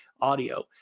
audio